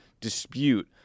dispute